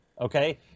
okay